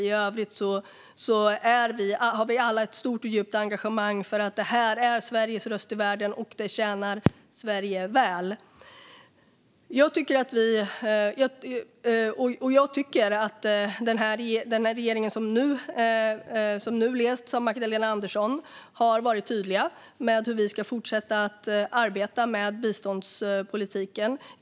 I övrigt har vi alla ett stort och djupt engagemang för att det här är Sveriges röst i världen och att det tjänar Sverige väl. Jag tycker att den regering som nu leds av Magdalena Andersson har varit tydlig med hur vi ska fortsätta att arbeta med biståndspolitiken.